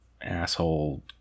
asshole